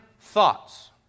thoughts